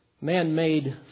man-made